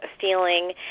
feeling